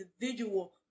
individual